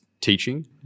teaching